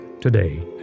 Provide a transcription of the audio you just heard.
today